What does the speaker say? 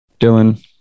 Dylan